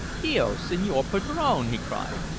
dio signor padrone! he cried.